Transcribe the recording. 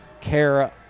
care